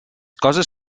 coses